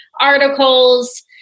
articles